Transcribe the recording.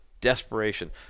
desperation